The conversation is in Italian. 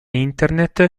internet